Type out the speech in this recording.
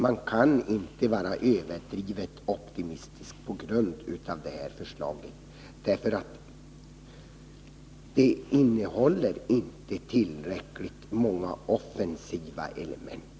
Man kan inte vara överdrivet optimistisk på grund av det förslaget; det innehåller inte tillräckligt många offensiva element.